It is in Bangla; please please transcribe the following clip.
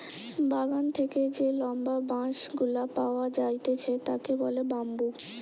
বাগান থেকে যে লম্বা বাঁশ গুলা পাওয়া যাইতেছে তাকে বলে বাম্বু